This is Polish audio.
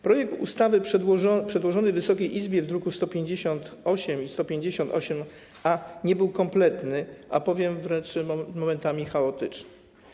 Projekt ustawy przedłożony Wysokiej Izbie w drukach nr 158 i 158-A nie był kompletny, a powiem wręcz, że momentami był chaotyczny.